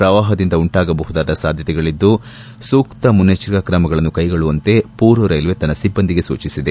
ಪ್ರವಾಹ ಉಂಟಾಗಬಹುದಾದ ಸಾಧ್ಯತೆಗಳಿದ್ದು ಸೂಕ್ತ ಮುನ್ನೆಚ್ಚರಿಕಾ ಕ್ರಮಗಳನ್ನು ಕೈಗೊಳ್ಳುವಂತೆ ಪೂರ್ವ ರೈಲ್ವೆ ತನ್ನ ಸಿಬ್ಬಂದಿಗೆ ಸೂಚಿಸಿದೆ